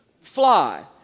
fly